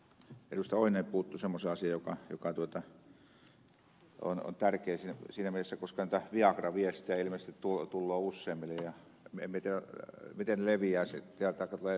oinonen puuttui semmoiseen asiaan joka on tärkeä siinä mielessä että näitä viagra viestejä ilmeisesti tulee useammille ja niitä tulee joka päivä näköjään ikään kuin itse olisit lähettäjänä